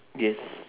yes